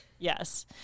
yes